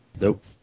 Nope